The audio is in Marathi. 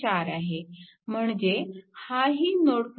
4 आहे म्हणजे हाही नोड क्र